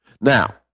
now